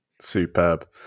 Superb